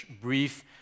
brief